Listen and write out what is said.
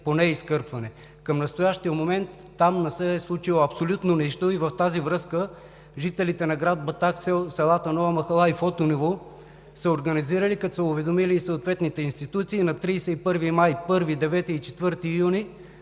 поне изкърпване. Към настоящия момент там не се е случило абсолютно нищо и в тази връзка жителите на град Батак, селата Нова махала и Фотиново са организирали, като са уведомили и съответните институции, на 31 май, 1, 4 и 9 юни